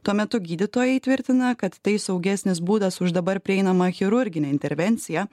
tuo metu gydytojai tvirtina kad tai saugesnis būdas už dabar prieinamą chirurginę intervenciją